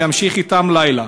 להמשיך אתם בלילה.